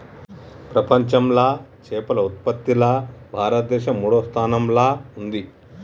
ప్రపంచంలా చేపల ఉత్పత్తిలా భారతదేశం మూడో స్థానంలా ఉంది